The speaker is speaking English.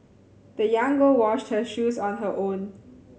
the young girl washed her shoes on her own